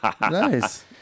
nice